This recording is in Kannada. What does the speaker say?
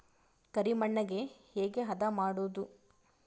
ಕರಿ ಮಣ್ಣಗೆ ಹೇಗೆ ಹದಾ ಮಾಡುದು?